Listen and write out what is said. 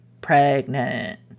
pregnant